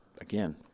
Again